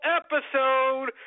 episode